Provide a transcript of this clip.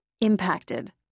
impacted